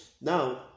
Now